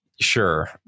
sure